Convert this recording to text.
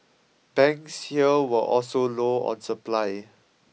banks here were also low on supply